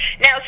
Now